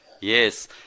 Yes